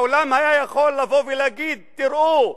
העולם היה יכול לבוא ולהגיד: תראו,